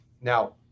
Now